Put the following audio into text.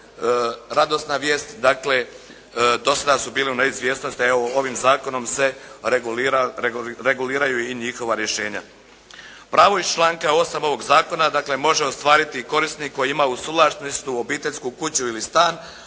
radosna vijest, dakle do sada su bili u neizvjesnosti, a evo ovim zakonom se reguliraju i njihova rješenja. Pravo iz članka 8. ovog zakona, dakle može ostvariti korisnik koji ima u suvlasništvu obiteljsku kuću ili stan,